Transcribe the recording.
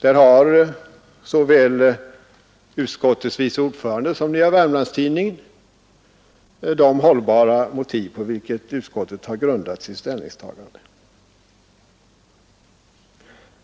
Där har såväl utskottets vice ordförande som Nya Wermlands-Tidningen de hållbara motiv, på vilka utskottet grundat sitt ställningstagande.